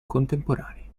contemporanei